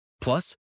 Plus